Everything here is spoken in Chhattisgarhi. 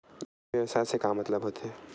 ई व्यवसाय के मतलब का होथे?